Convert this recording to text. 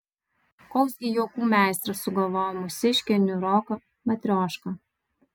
koks gi juokų meistras sugalvojo mūsiškę niūroką matriošką